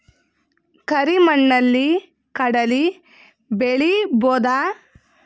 ಕರಿ ಮಣ್ಣಲಿ ಕಡಲಿ ಬೆಳಿ ಬೋದ?